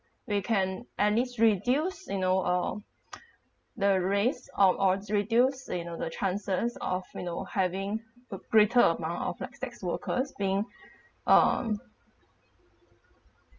we can at least reduce you know uh the raise of or reduce you know the chances of you know having p~ greater amount of like sex workers being um